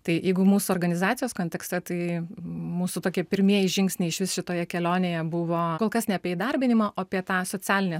tai jeigu mūsų organizacijos kontekste tai mūsų tokie pirmieji žingsniai išvis šitoje kelionėje buvo kol kas ne apie įdarbinimą o apie tą socialinę